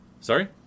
Sorry